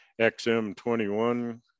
XM21